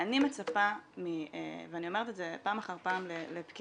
אני מצפה, ואני אומרת את זה פעם אחר פעם לפקידי